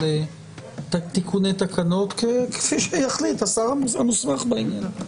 את תיקוני תקנות כפי שיחליט השר המוסמך בעניין הזה.